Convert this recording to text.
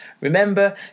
Remember